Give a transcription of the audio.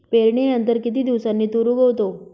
पेरणीनंतर किती दिवसांनी तूर उगवतो?